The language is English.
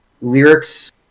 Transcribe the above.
lyrics